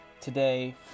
today